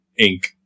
Inc